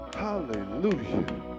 Hallelujah